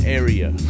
area